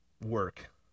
work